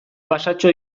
pasatxo